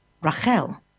Rachel